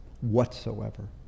whatsoever